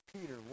Peter